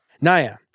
naya